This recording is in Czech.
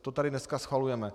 To tady dneska schvalujeme.